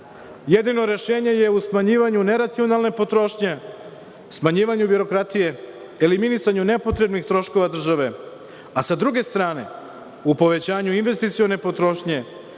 Jedini rešenje je u smanjivanju neracionalne potrošnje, smanjivanju birokratije i eliminisanju nepotrebnih troškova države, a sa druge strane u povećanju investicione potrošnje,